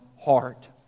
heart